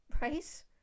right